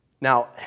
Now